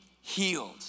healed